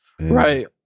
Right